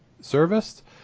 serviced